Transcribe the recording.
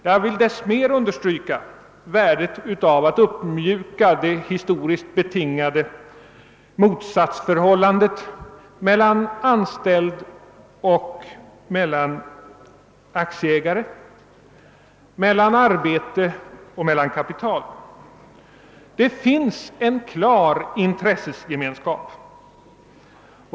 Jag vill desto mer understryka värdet av att uppmjuka det historiskt betingade motsatsförhållandet mellan anställd och aktieägare, mellan arbete och kapital. Dessa båda sidor har en klar intressegemenskap.